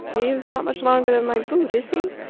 he is not much longer than my boot, is he?